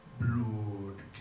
Blood